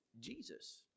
Jesus